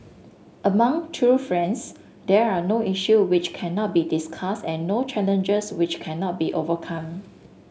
among true friends there are no issue which cannot be discussed and no challenges which cannot be overcome